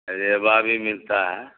ریوا بھی ملتا ہے